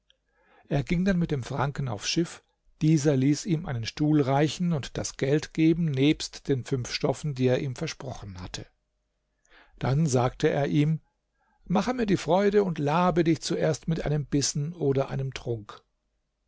er ging dann mit dem franken aufs schiff dieser ließ ihm einen stuhl reichen und das geld geben nebst den fünf stoffen die er ihm versprochen hatte dann sagte er ihm mache mir die freude und labe dich zuerst mit einem bissen oder einem trunk